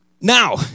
Now